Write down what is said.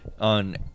on